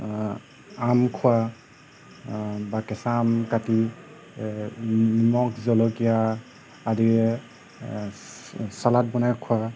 আম খোৱা বা কেঁচা আম কাটি নিমখ জলকীয়া আদিৰে চালাদ বনাই খোৱা